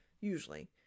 usually